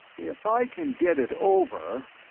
if i can get it over.